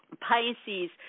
pisces